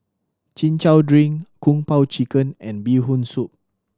Chin Chow drink Kung Po Chicken and Bee Hoon Soup